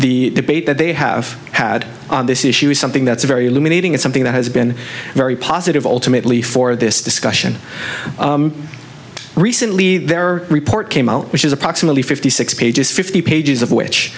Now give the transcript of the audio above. the debate that they have had on this issue is something that's very illuminating and something that has been very positive ultimately for this discussion recently their report came out which is approximately fifty six pages fifty pages of which